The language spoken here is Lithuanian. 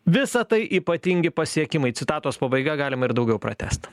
visa tai ypatingi pasiekimai citatos pabaiga galima ir daugiau pratęst